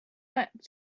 want